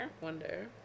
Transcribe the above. Wonder